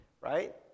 right